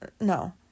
no